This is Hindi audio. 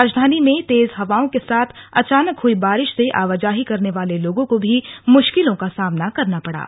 राजधानी में तेज हवाओं के साथ अचानक हुई बारिश से आवाजाही करने वाले लोगों को भी मुश्किलों का सामना करना पड़ा